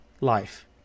life